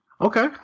Okay